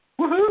woohoo